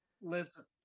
Listen